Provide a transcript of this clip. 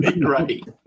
right